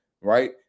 right